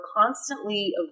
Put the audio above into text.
constantly